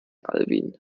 alwin